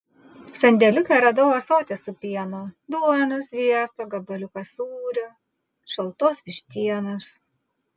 sandėliuke radau ąsotį su pienu duonos sviesto gabaliuką sūrio šaltos vištienos